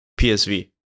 PSV